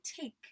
take